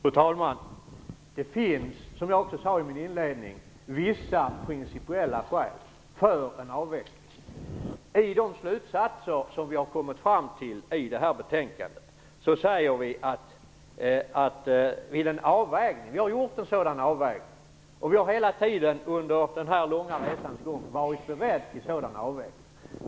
Fru talman! Det finns, som jag också sade i min inledning, vissa principiella skäl för en avveckling. I de slutsatser som vi har kommit fram till i detta betänkande har vi gjort en avvägning. Vi har hela tiden under den här långa resans gång varit beredda till en avvägning.